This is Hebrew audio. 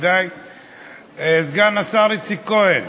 מכובדי סגן השר איציק כהן,